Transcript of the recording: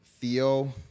Theo